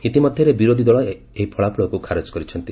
ଇତିମଧ୍ୟରେ ବିରୋଧୀ ଦଳ ଏହି ଫଳାଫଳକୁ ଖାରଜ କରିଛନ୍ତି